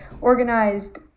organized